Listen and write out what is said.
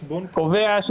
קובע,